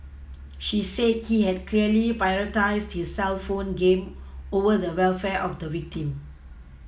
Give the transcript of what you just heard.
she said he had clearly prioritised his cellphone game over the welfare of the victim